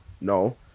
no